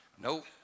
nope